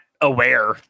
aware